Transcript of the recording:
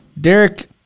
Derek